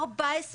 14 שנה.